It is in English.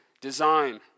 design